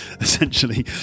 essentially